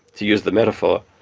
to use the metaphor,